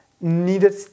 needed